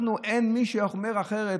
אנחנו, אין מישהו שאומר אחרת.